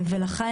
לכן,